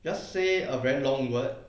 just say a very long word